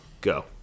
Go